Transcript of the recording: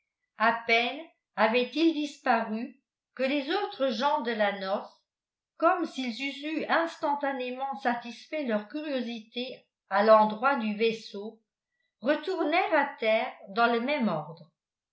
a peine avaient-ils disparu que les autres gens de la noce comme s'ils eussent eu instantanément satisfait leur curiosité à l'endroit du vaisseau retournèrent à terre dans le même ordre